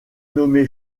nommé